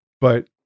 But-